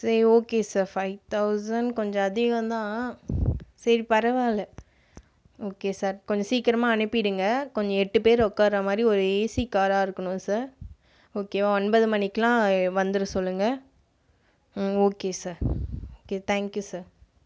சரி okay sir five thousand கொஞ்சம் அதிகந்தான் சரி பரவாயில்ல ஓகே சார் கொஞ்சம் சீக்கிரமாக அனுப்பிடுங்கள் கொஞ்சம் எட்டு பேர் உட்கார்ருகிற மாதிரி ஒரு ஏசி காராக இருக்கணும் சார் ஓகேவா ஒன்பது மணிக்குலாம் வந்துவிட சொல்லுங்கள் ம் okay sir okay thank you sir